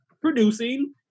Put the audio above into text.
producing